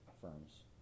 firms